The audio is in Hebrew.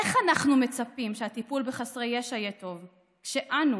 איך אנחנו מצפים שהטיפול בחסרי ישע יהיה טוב כשאנו,